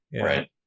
right